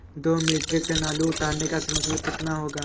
दो metric tonne आलू उतारने का श्रम शुल्क कितना होगा?